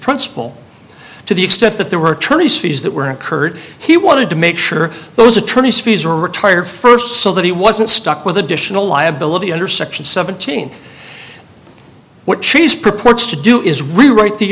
principle to the extent that they were trying these fees that were incurred he wanted to make sure those attorneys fees are retired first so that he wasn't stuck with additional liability under section seventeen what she's purports to do is rewrite the